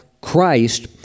Christ